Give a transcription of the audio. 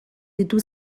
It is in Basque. ditu